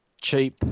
cheap